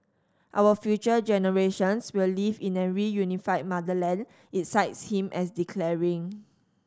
our future generations will live in a reunified motherland it cites him as declaring